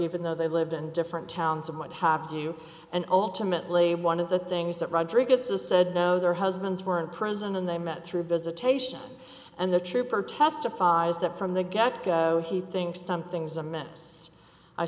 even though they lived in different towns and what have you and ultimately one of the things that rodriguez has said no their husbands were in prison and they met through visitation and the trooper testifies that from the get go he thinks something's